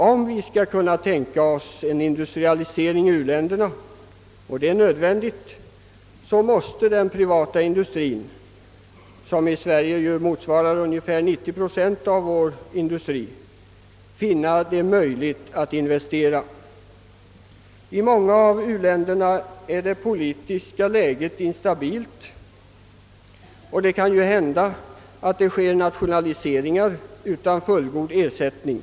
Om vi skall kunna tänka oss en industrialisering i u-länderna — och det är nödvändigt — så måste den privata industrien, som i Sverige motsvarar ungefär 90 procent av vår industri, finna det möjligt att investera. I många av u-länderna är det politiska läget instabilt, och det kan ju hända att man nationaliserar utan att lämna fullgod ersättning.